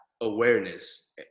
awareness